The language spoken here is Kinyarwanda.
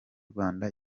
rwanda